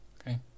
okay